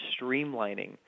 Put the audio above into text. streamlining